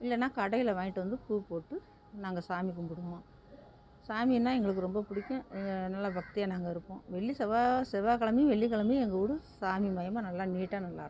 இல்லைன்னா கடையில் வாங்கிட்டு வந்து பூ போட்டு நாங்கள் சாமி கும்பிடுவோம் சாமினால் எங்களுக்கு ரொம்ப பிடிக்கும் நல்ல பக்தியாக நாங்கள் இருப்போம் வெள்ளி செவ்வாய் செவ்வாய்க்கெழமையும் வெள்ளிக்கெழமையும் எங்கள் வீடு சாமி மையமாக நல்லா நீட்டாக நல்லா இருக்கும்